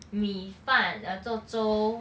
米饭 uh 做粥